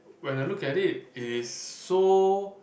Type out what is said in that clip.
when I look at it it is so